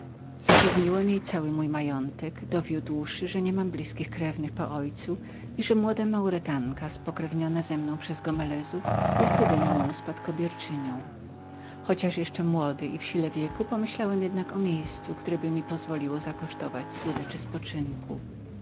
zapewniłem jej cały mój majątek dowiódłszy że niemiałem blizkich krewnych po ojcu i że młoda maurytanka spokrewniana ze mną przez gomelezów była jedyną moją spadkobierczynią chociaż jeszcze młody i w sile wieku pomyśliłem jednak o miejscu którebymi pozwoliło zakosztować słodyczy spoczynku